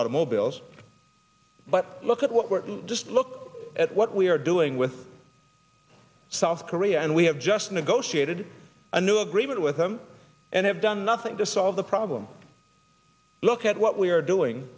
automobiles but look at what we're just look at what we are doing with south korea and we have just negotiated a new agreement with them and have done nothing to solve the problem look at what we are doing